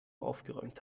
aufgeräumt